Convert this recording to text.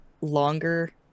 longer